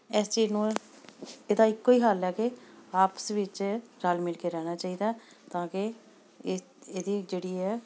S ਚੀਜ਼ ਨੂੰ ਇਹਦਾ ਇੱਕੋ ਹੀ ਹੱਲ ਹੈ ਕਿ ਆਪਸ ਵਿੱਚ ਰਲ਼ ਮਿਲ ਕੇ ਰਹਿਣਾ ਚਾਹੀਦਾ ਤਾਂ ਕਿ ਇਹ ਇਹਦੀ ਜਿਹੜੀ ਹੈ